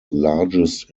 largest